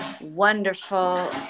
wonderful